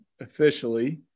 officially